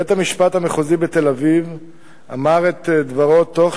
בית-המשפט המחוזי בתל-אביב אמר את דברו תוך